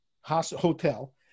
hotel